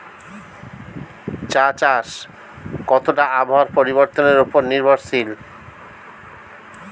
চা চাষ কতটা আবহাওয়ার পরিবর্তন উপর নির্ভরশীল?